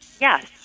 Yes